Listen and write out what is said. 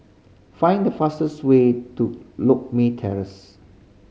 find the fastest way to Loke Terrace